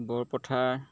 Borpathar